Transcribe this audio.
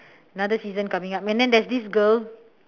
another season coming up and then there is this girl